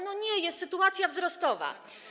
Nie, jest sytuacja wzrostowa.